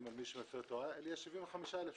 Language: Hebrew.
על מי שמפר את ההוראה אלא 75,000 שקלים.